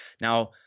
Now